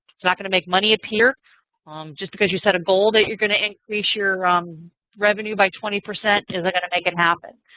it's not going to make money appear just because you set a goal that you're going to increase your um revenue by twenty. it isn't going to make it happen.